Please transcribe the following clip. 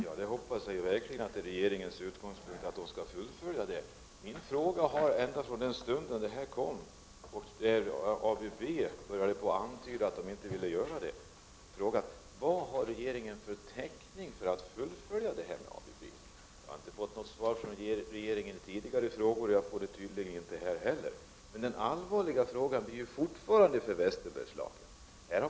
Fru talman! Ja, jag hoppas verkligen att det är regeringens utgångspunkt att ABB skall fullfölja sina åtaganden. Ända från den stunden då ABB bör jade antyda att man inte ville göra detta har jag frågat: Vilken täckning har regeringen för att fullfölja uppgörelsen med ABB? Jag har inte fått svar från regeringen på tidigare frågor och får det tydligen inte heller här. Läget är fortfarande allvarligt för Västerbergslagen.